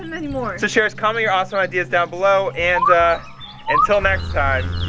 him anymore. so sharers, comment your awesome ideas down below, and until next time,